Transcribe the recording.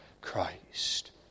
Christ